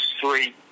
three